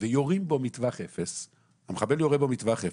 ויורים בו מטווח אפס, המחבל יורה בו מטווח אפס,